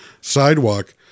sidewalk